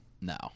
No